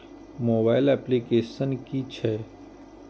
Mobile application कि छै?